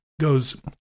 goes